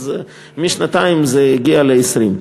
אז משנתיים זה הגיע ל-20.